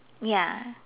ya